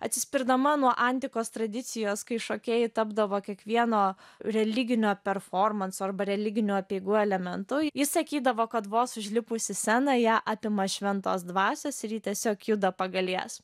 atsispirdama nuo antikos tradicijos kai šokėjai tapdavo kiekvieno religinio performanso arba religinių apeigų elementu ji sakydavo kad vos užlipus į sceną ją apima šventos dvasios ir ji tiesiog juda pagal jas